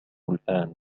الآن